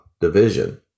division